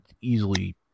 easily